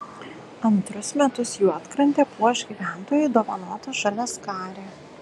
antrus metus juodkrantę puoš gyventojų dovanota žaliaskarė